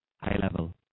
high-level